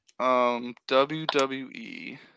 WWE